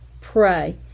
pray